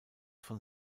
von